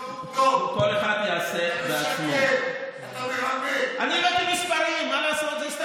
זה לא עובדות.